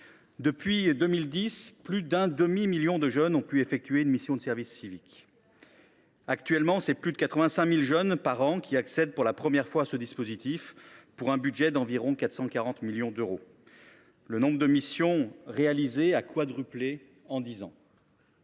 Depuis 2010, plus d’un demi million de jeunes ont pu effectuer une mission de service civique. Actuellement, plus de 85 000 jeunes par an accèdent pour la première fois à ce dispositif, dont le budget s’élève à environ 440 millions d’euros. Le nombre de missions réalisées a quadruplé en dix ans.